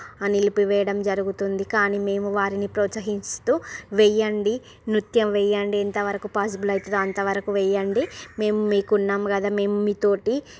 నిలిపివేయడం జరుగుతుంది కానీ మేము వారిని ప్రోత్సహిస్తూ వెయ్యండి నృత్యం వెయ్యండి ఎంతవరకు పాజిబుల్ అవుతుందో అంతవరకు వేయ్యండి మేము మీకు ఉన్నాము గదా మేము మీతోటి